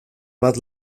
bat